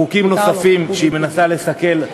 חוקים נוספים שהיא מנסה לסכל בכנסת,